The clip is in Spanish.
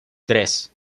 tres